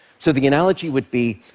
so the analogy would be,